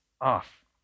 off